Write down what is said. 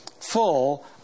full